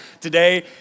today